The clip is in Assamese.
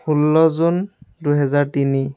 ষোল্ল জুন দুহেজাৰ তিনি